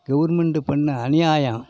government பண்ண அநியாயம்